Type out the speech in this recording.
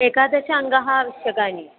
एकादश अङ्कः आवश्यकानि